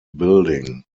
building